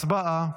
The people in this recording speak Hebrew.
הצבעה.